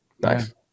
nice